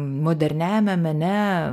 moderniajame mene